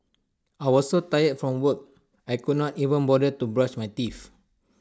I was so tired from work I could not even bother to brush my teeth